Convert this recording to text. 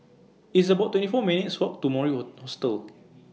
It's about twenty four minutes' Walk to Mori Oh Hostel